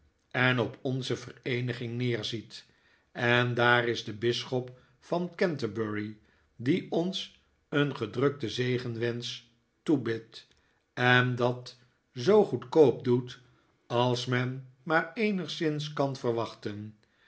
en op onze vereeniging neerziet en daar is de aartsbisschop van canterbury die ons een gedrukten zegenwensch toebidt en dat zoo goedkoop doet als men maar eenigszins kan verwachten